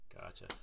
gotcha